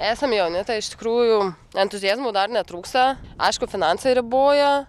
esam jauni tai iš tikrųjų entuziazmo dar netrūksta aišku finansai riboja